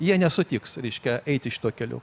jie nesutiks reiškia eiti šituo keliu